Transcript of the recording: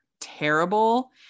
terrible